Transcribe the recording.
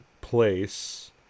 place